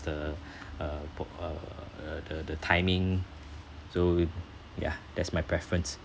the uh bo~ uh uh the the timing so yeah that's my preference